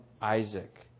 Isaac